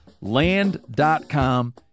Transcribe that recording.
Land.com